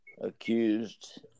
accused